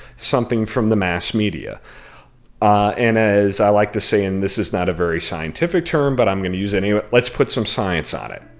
something from the mass media and as i like to say, and this is not a very scientific term, but i'm going to use it anyway let's put some science on it,